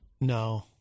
No